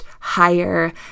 higher